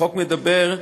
החוק אומר,